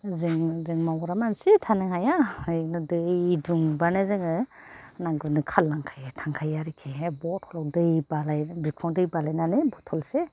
जोङो जों मावग्रा मानसि थानो हाया दै दुंबानो जोङो ना गुरनो खारलांखायो थांखायो आरिखि ए बथलआव बिखुंआव दै बालायनानै बथलसे